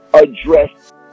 address